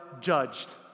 judged